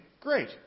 great